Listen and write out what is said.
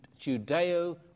judeo